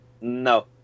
No